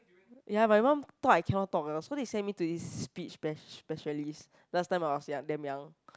ya my mum thought I cannot talk eh so they sent me to this speech pesh~ specialist last time I was young damn young